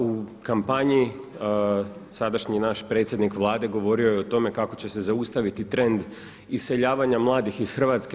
U kampanji sadašnji naš predsjednik Vlade govorio je o tome kako će se zaustaviti trend iseljavanja mladih iz Hrvatske.